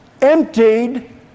emptied